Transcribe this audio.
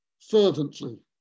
fervently